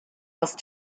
else